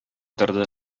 торды